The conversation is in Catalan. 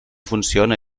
funciona